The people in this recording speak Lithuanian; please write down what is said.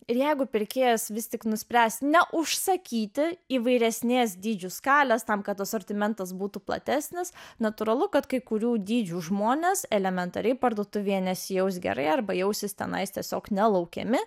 ir jeigu pirkėjas vis tik nuspręs ne užsakyti įvairesnės dydžių skalės tam kad asortimentas būtų platesnis natūralu kad kai kurių dydžių žmonės elementariai parduotuvėje nesijaus gerai arba jausis tenai tiesiog nelaukiami